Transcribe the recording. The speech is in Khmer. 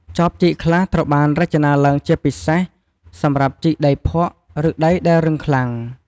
ចបជីកខ្លះត្រូវបានរចនាឡើងជាពិសេសសម្រាប់ជីកដីភក់ ឬដីដែលរឹងខ្លាំង។